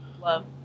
love